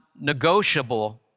negotiable